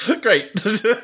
Great